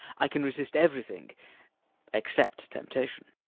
i can resist everything except temptation.